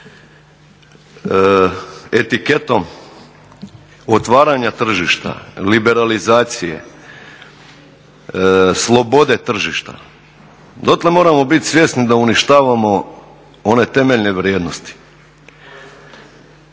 etiketom otvaranja tržišta, liberalizacije, slobode tržišta, dotle moramo biti svjesni da uništavamo one temeljne vrijednosti,